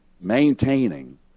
Maintaining